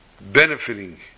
benefiting